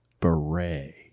beret